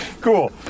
cool